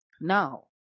Now